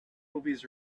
movies